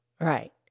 Right